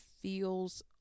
feels